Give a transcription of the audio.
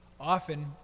Often